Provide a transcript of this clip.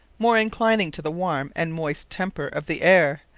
more inclining to the warme, and moist temper of the aire,